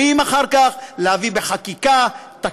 ואחר כך יש לנו את הכלים להביא בחקיקה תקנות,